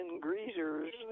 greasers